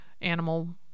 animal